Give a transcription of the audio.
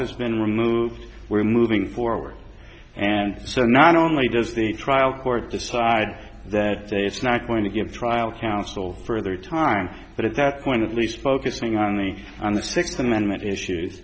has been removed we're moving forward and so not only does the trial court decide that it's not going to give trial counsel further time but at that point at least focusing on the on the sixth amendment issues